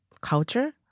culture